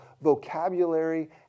vocabulary